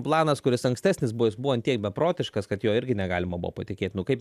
planas kuris ankstesnis buvo jis buvo ant tiek beprotiškas kad juo irgi negalima buvo patikėt nu kaip